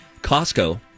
Costco